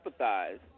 empathize